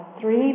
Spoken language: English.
three